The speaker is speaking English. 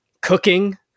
cooking